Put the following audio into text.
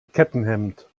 kettenhemd